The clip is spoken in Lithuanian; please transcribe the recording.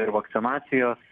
ir vakcinacijos